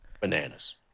bananas